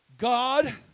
God